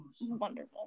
Wonderful